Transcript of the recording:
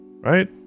right